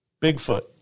Bigfoot